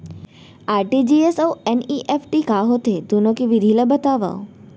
RTGS अऊ NEFT का होथे, दुनो के विधि ला बतावव